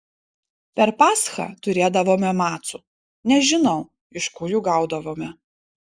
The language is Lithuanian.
per paschą turėdavome macų nežinau iš kur jų gaudavome